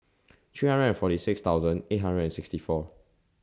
three hundred and forty six thousand eight hundred and sixty four